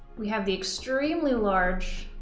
we have the extremely large